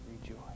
rejoice